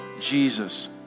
Jesus